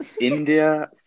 India